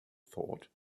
thought